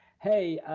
hey,